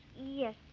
Yes